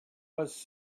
was